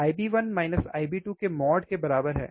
IB के mod के बराबर है